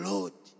Lord